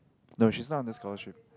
no she's not under scholarship